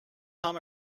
time